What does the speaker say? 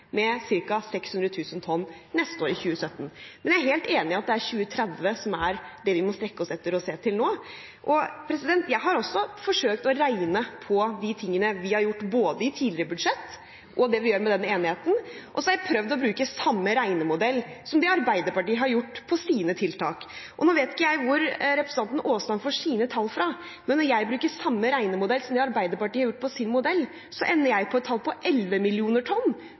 med ca. 600 000 tonn neste år, i 2017. Men jeg er helt enig i at det er 2030 vi må strekke oss etter og se mot nå. Jeg har også forsøkt å regne på de tingene vi har gjort, både i tidligere budsjett og det vi gjør med denne enigheten, og jeg har prøvd å bruke samme regnemodell som Arbeiderpartiet har brukt på sine tiltak. Nå vet ikke jeg hvor representanten Aasland får sine tall fra, men når jeg bruker samme regnemodell som Arbeiderpartiet har brukt i sin modell, ender jeg på 11 millioner tonn